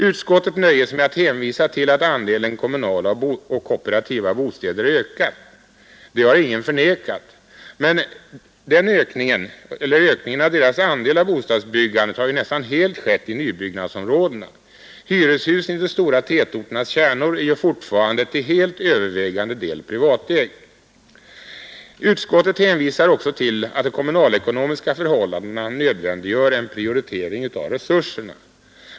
Utskottet nöjer sig med att hänvisa till att andelen kommunala och kooperativa bostäder ökat. Det har ingen förnekat. Men ökningen av deras andel av bostadsbyggandet har nästan helt skett i nybyggnadsområdena. Hyreshusen i de stora tätorternas kärnor är fortfarande till helt övervägande delen privatägda. Utskottet hänvisar också till att de kommunalekonomiska förhållandena nödvändiggör en prioritering av resurserna.